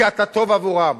כי אתה טוב עבורם.